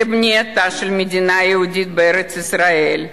לבנייתה של מדינה יהודית בארץ-ישראל,